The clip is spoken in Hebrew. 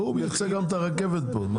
הוא מייצג גם את הרכבת פה.